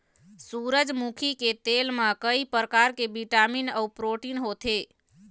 सूरजमुखी के तेल म कइ परकार के बिटामिन अउ प्रोटीन होथे